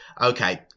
Okay